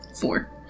Four